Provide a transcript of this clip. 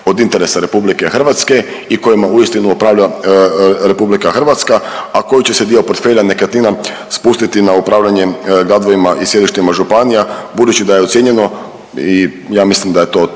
od interesa RH i kojima uistinu upravlja RH, a koji će se dio portfelja nekretnina spustiti na upravljanje gradovima i sjedištima županija budući da je ocijenjeno i ja mislim da to